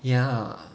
ya